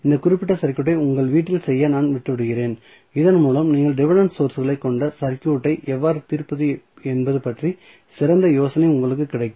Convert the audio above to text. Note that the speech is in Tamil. இந்த குறிப்பிட்ட சர்க்யூட்டை உங்கள் வீட்டில் செய்ய நான் விட்டுவிடுகிறேன் இதன்மூலம் நீங்கள் டிபென்டென்ட் சோர்ஸ்ககளைக் கொண்ட சர்க்யூட்டை எவ்வாறு தீர்ப்பது என்பது பற்றிய சிறந்த யோசனை உங்களுக்கு கிடைக்கும்